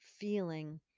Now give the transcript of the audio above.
feeling